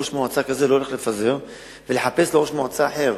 לראש מועצה כזה אני לא הולך לפזר את המועצה ולחפש ראש מועצה אחר,